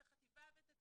את החטיבה ואת התיכון.